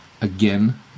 Again